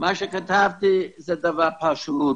מה שכתבתי זה דבר פשוט.